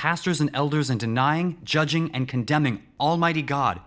pastors and elders and denying judging and condemning almighty god